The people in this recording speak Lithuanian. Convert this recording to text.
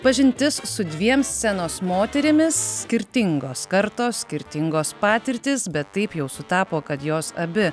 pažintis su dviem scenos moterimis skirtingos kartos skirtingos patirtys bet taip jau sutapo kad jos abi